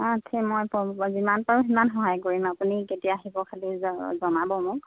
অঁ ঠিকে মই যিমান পাৰোঁ সিমান সহায় কৰিম আপুনি কেতিয়া আহিব খালি জনাব মোক